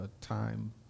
time